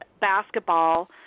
basketball